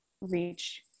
reach